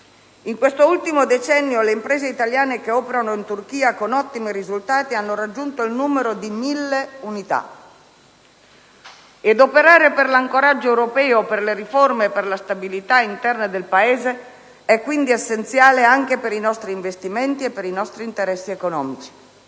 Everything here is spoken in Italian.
In quest'ultimo decennio le imprese italiane che operano in Turchia, con ottimi risultati, hanno raggiunto le mille unità. Operare per l'ancoraggio europeo per le riforme e per la stabilità interna del Paese è quindi essenziale anche per i nostri investimenti e per i nostri interessi economici,